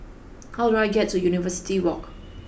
how do I get to University Walk